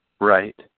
right